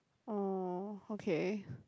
oh okay